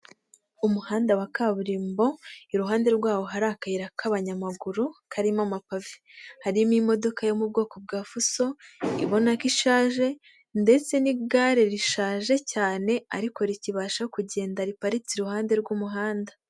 Umuhanda wa kaburimbo, iruhande rwawo hari akayira k'abanyamaguru karimo amapave, harimo imodoka yo mu bwoko bwa fuso ibona ko ishaje ndetse n'igare rishaje cyane ariko rikibasha kugenda riparitse iruhande rw'umuhanda.